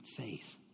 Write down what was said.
Faith